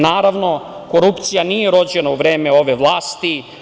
Naravno, korupcija nije rođena u vreme ove vlasti.